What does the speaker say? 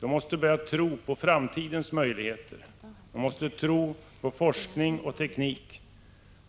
De måste börja tro på framtidens möjligheter. De måste tro på forskning och teknik.